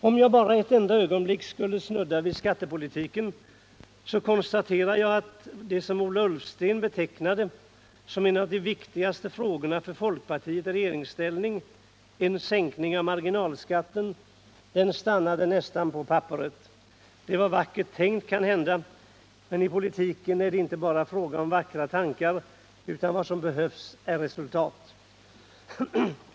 Om jag bara ett ögonblick skall snudda vid skattepolitiken, kan jag konstatera att det som Ola Ullsten betecknade som en av de viktigaste frågorna för folkpartiet i regeringsställning — en sänkning av marginalskatten — Så gott som stannade på papperet. Det var vackert tänkt, men i politiken räcker det inte bara med vackra tankar, utan vad som behövs är resultat.